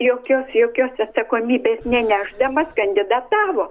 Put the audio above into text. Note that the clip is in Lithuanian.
jokios jokios atsakomybės nenešdamas kandidatavo